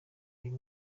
uyu